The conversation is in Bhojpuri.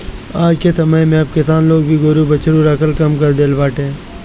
आजके समय में अब किसान लोग भी गोरु बछरू रखल कम कर देले बाटे